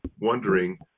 wondering